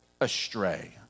astray